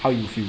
how you feel